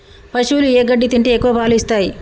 పశువులు ఏ గడ్డి తింటే ఎక్కువ పాలు ఇస్తాయి?